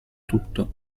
tutto